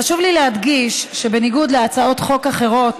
חשוב לי להדגיש שבניגוד להצעות חוק אחרות,